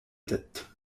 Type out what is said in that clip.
tête